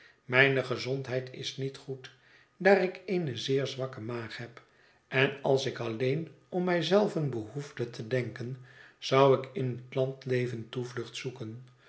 mijne gezondheid is niet goed daar ik eene zeer zwakke maag heb en als ik alleen om mij zelven behoefde te denken zou ik in het landleven toevlucht zoeken